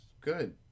good